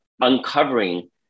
uncovering